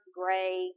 gray